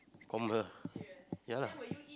ya lah